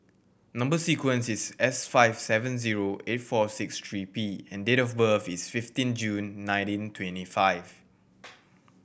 number sequence is S five seven zero eight four six three P and date of birth is fifteen June nineteen twenty five